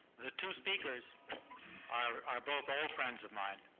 the two speakers are both old friends of mine